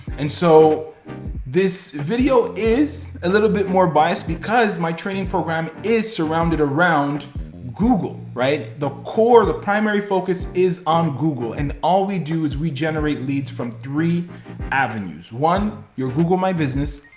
and so this video is a little bit more biased because my training program is surrounded around google. right? the core, the primary focus is on google, and all we do is we generate leads from three avenues. one, you google my business,